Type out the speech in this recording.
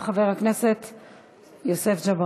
בלפרק ולחסל את כל שומרי הסף,